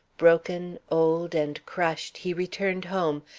broken, old, and crushed, he returned home,